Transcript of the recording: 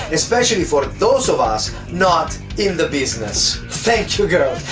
especially for those of us not in the business. thank you girls,